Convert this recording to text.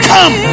Come